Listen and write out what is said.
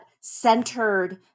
centered